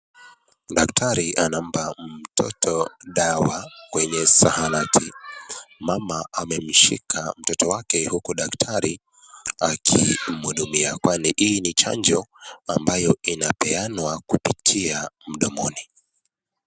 Daktari anampa mtoto dawa kwenye zahanati, mama amemshika mtoto wake huku daktari akimhudumia kwani hii ni chanjo ambayo inapeanwa kupitia mdomoni.